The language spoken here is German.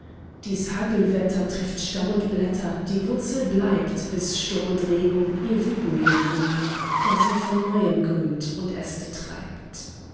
dies hagelwetter trifft stamm und blätter die wurzel bleibt bis sturm und regen ihr wüten legen da sie von neuem grünt und äste treibt